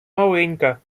маленька